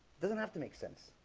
doesn't have to make sense